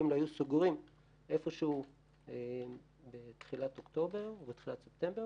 ואם לא היינו סוגרים איפה בתחילת אוקטובר או בתחילת ספטמבר,